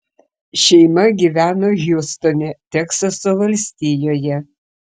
šeima gyveno hjustone teksaso valstijoje